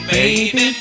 Baby